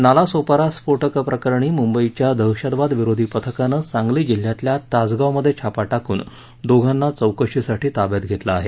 नालासोपारा स्फोटक प्रकरणी मुंबईच्या दहशदवाद विरोधी पथकानं सांगली जिल्ह्यातल्या तासगावमध्ये छाप टाकून दोघांना चौकशीसाठी ताब्यात घेतलं आहे